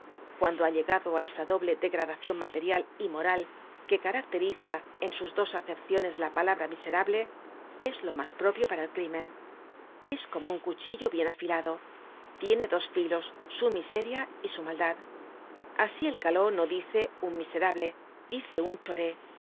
cuando ha llegado á esa doble degradacion material y moral que caracteriza en sus dos acepciones la palabra miserable es lo mas propio para el crimen es como un cuchillo bien afilado tiene dos filos su miseria y su maldad asi el calóno dice un miserable dice un choré